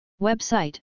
Website